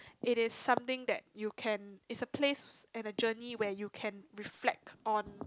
it is something that you can it's a place and a journey where you can reflect on